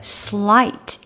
slight